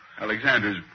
Alexander's